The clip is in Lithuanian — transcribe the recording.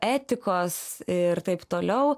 etikos ir taip toliau